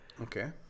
Okay